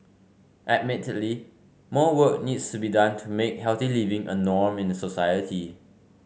admittedly more work needs to be done to make healthy living a norm in society